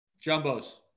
Jumbos